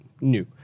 new